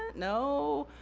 no.